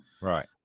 Right